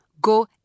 Go